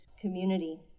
community